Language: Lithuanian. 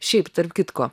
šiaip tarp kitko